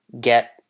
get